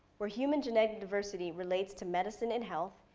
where human genetic diversity relates to medicine and health,